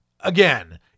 Again